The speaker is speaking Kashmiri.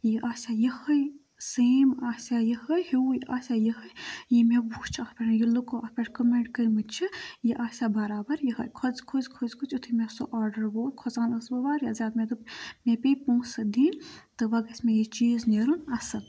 یہِ آسیا یِہے سیم آسیا یِہے ہُوٕۍ آسیا یِہے یہِ مےٚ وُچھ اَتھ پٮ۪ٹھ یہِ لُکو اَتھ پٮ۪ٹھ کَمینٹ کٔرمٕتۍ چھِ یہِ آسیا برابر یِہے کھۄژ کھۄژۍ کھۄژۍ کھۄژۍ یِتھُے مےٚ سُہ آرڈَر ووت کھۄژان ٲسٕس بہٕ واریاہ زیادٕ مےٚ دوٚپ مےٚ پیٚیہِ پونٛسہٕ دِنۍ تہٕ وَ گَژھِ مےٚ یہِ چیٖز نیرُن اَصٕل